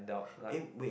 eh wait